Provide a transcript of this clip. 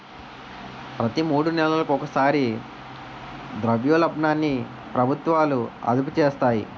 ప్రతి మూడు నెలలకు ఒకసారి ద్రవ్యోల్బణాన్ని ప్రభుత్వాలు అదుపు చేస్తాయి